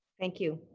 thank you,